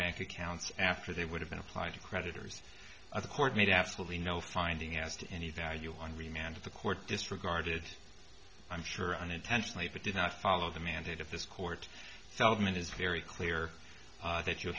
bank accounts after they would have been applied to creditors or the court made absolutely no finding as to any value on remained of the court disregarded i'm sure unintentionally that did not follow the mandate of this court settlement is very clear that you